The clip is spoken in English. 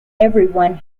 everyone